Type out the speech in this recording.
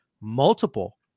multiple